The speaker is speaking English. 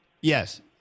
Yes